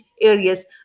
areas